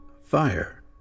fire